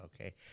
Okay